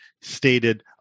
stated